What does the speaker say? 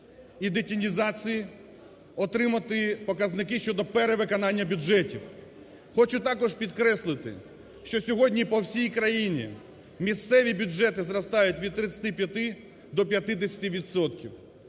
і детінізації, отримати показники щодо перевиконання бюджетів. Хочу також підкреслити, що сьогодні по всій країні місцеві бюджети зростають від 35 до 50